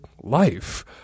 life